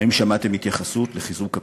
האם שמעתם התייחסות לחיזוק הפריפריה?